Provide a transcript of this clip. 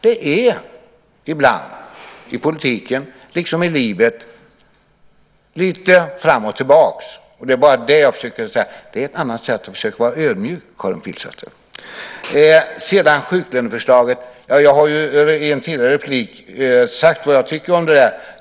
Det är ibland i politiken liksom i livet i övrigt lite fram och tillbaks. Det var bara det jag försökte säga. Det är ett sätt att försöka vara ödmjuk, Karin Pilsäter. När det sedan gäller sjuklöneförslaget har jag i en tidigare replik talat om vad jag tycker.